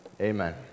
amen